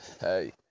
Hey